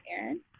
Aaron